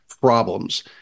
problems